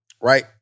right